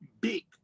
big